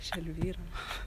aš elvyra